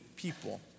people